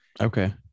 Okay